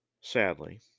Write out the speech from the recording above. sadly